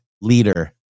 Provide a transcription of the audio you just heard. leader